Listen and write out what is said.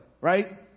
right